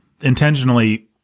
intentionally